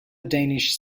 danish